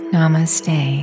Namaste